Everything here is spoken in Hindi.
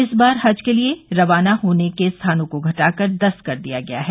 इस बार हज के लिए रवाना होने के स्थानों को घटाकर दस कर दिया गया है